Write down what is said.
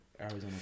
Arizona